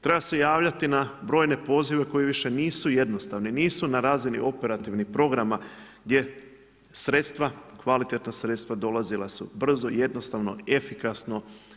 Treba se javljati na brojne pozive koji više nisu jednostavni, nisu na razini operativnih programa gdje sredstva, kvalitetna sredstva dolazila su brzo i jednostavno i efikasno.